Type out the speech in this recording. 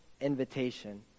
invitation